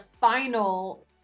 final